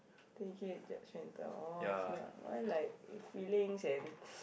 t_j is judgmental oh okay lah mine like feelings and